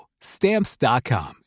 Stamps.com